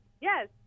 yes